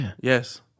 Yes